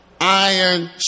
Iron